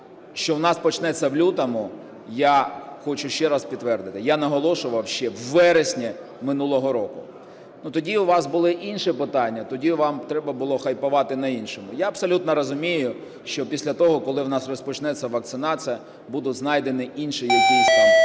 що у нас почнеться в лютому, я хочу ще раз підтвердити, я наголошував ще у вересні минулого року. Ну тоді у вас були інші питання, тоді вам треба було хайпувати на іншому. Я абсолютно розумію, що після того, коли в нас розпочнеться вакцинація, будуть знайдені інші якісь там